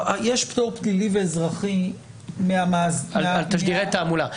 יש פטור פלילי ואזרחי על תשדירי תעמולה.